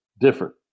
different